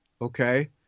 Okay